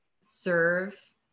serve